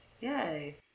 Yay